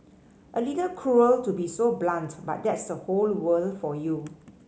a little cruel to be so blunt but that's the whole world for you